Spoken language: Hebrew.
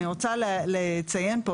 אני רוצה לציין פה,